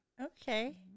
Okay